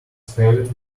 paved